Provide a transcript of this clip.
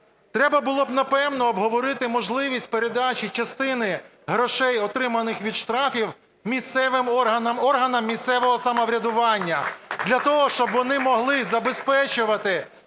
Треба було б, непевно, обговорити можливість передачі частини грошей, отриманих від штрафів, місцевим органам, органам місцевого самоврядування для того, щоб вони могли забезпечувати